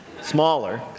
Smaller